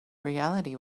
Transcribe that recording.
reality